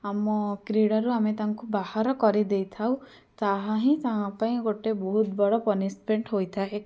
ଆମ କ୍ରୀଡ଼ାରୁ ଆମେ ତାଙ୍କୁ ବାହାର କରିଦେଇଥାଉ ତାହା ହିଁ ତାଙ୍କ ପାଇଁ ଗୋଟେ ବହୁତ ବଡ଼ ପନିସମେଣ୍ଟ ହୋଇଥାଏ